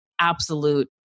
absolute